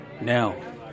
now